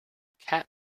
cat